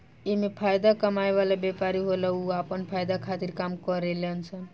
एमे फायदा कमाए वाला व्यापारी होला उ आपन फायदा खातिर काम करेले सन